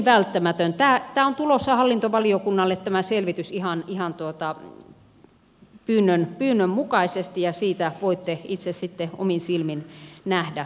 tämä selvitys on tulossa hallintovaliokunnalle ihan pyynnön mukaisesti ja siitä voitte itse sitten omin silmin nähdä